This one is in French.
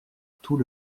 tout